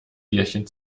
bierchen